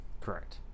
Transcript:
Correct